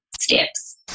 steps